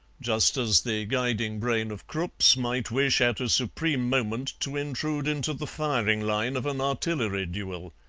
just as the guiding brain of krupp's might wish at a supreme moment to intrude into the firing line of an artillery duel.